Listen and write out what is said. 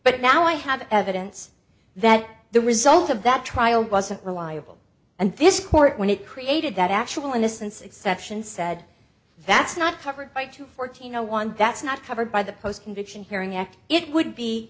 but now i have evidence that the result of that trial wasn't reliable and this court when it created that actual innocence exception said that's not covered by two fourteen a one that's not covered by the post conviction hearing act it would be